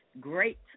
great